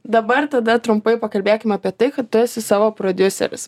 dabar tada trumpai pakalbėkim apie tai kad tu esi savo prodiuseris